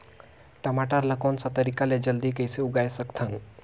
टमाटर ला कोन सा तरीका ले जल्दी कइसे उगाय सकथन?